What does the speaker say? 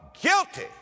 guilty